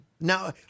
Now